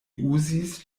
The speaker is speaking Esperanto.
uzis